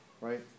right